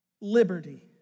liberty